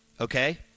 Okay